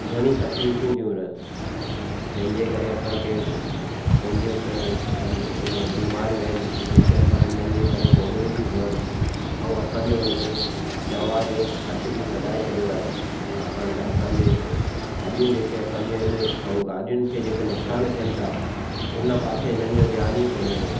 घणी तकलीफ़ू थी रहनि जंहिं जे करे असां खे पंहिंजियूं समझो जीअं बीमारियूं आहिनि जेके असां इननि जे करे भोॻिणियूं थियूं पवनि ऐं असां जो हुन दवा जो ख़र्चु बि वधाए छॾियो आहे छाकाणि त असांजे हॾियूं जेके असां जूं आहिनि ऐं गाॾियुनि खे जेके नुक़सान थीयनि था उन पासे हिननि जो ध्यानु ई कोने को